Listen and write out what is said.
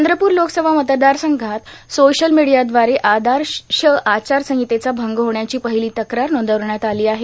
चंद्रपूर लोकसभा मतदारसंघात सोशल मीडियादवारे आदश आचारसंहितेचा भंग होण्याची र्पाहलो तक्रार र्नार्दावण्यात आलेलो आहे